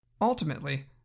Ultimately